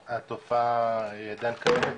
התופעה היא עדיין קיימת,